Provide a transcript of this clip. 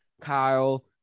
Kyle